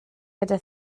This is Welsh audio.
gyda